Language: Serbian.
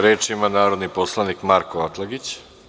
Reč ima narodni poslanik Marko Atlagić.